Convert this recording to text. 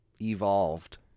evolved